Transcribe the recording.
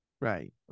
Right